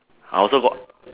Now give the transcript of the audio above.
I also got